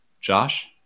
Josh